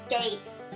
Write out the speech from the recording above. States